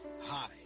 Hi